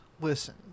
listen